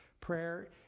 prayer